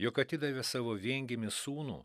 jog atidavė savo viengimį sūnų